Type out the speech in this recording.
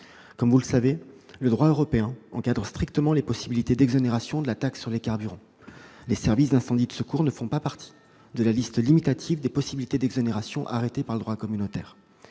Vous le savez, le droit européen encadre strictement les possibilités d'exonération de la taxe sur les carburants. Les services d'incendie et de secours ne font pas partie de la liste limitative des possibilités d'exonération arrêtée par le droit communautaire.